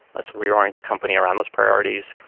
let's reorient the company around those priorities.